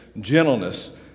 gentleness